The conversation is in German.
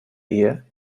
ehe